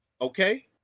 Okay